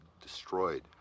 destroyed